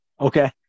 Okay